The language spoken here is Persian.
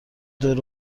دور